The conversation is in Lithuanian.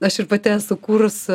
aš ir pati esu kūrus